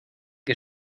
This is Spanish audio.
que